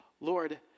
Lord